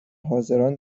حاضران